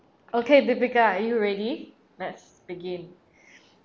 okay debica are you already let's begin